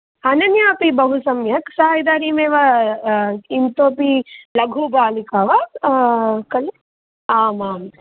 अनन्या अपि बहु सम्यक् सा इदानीमेव इतोपि लघुबालिका वा खलु आमाम्